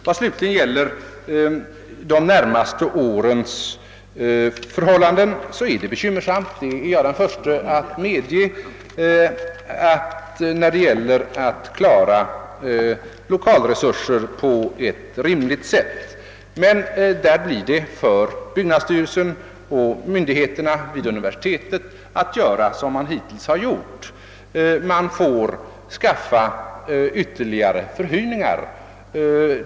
Vad slutligen gäller möjligheterna att under de närmaste åren ordna lokalförhållandena på ett rimligt sätt är jag den förste att medge att läget är bekymmersamt. Det blir för byggnadsstyrelsen och universitetsmyndigheterna att göra som hittills: att förhyra flera lokaler.